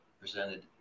presented